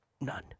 none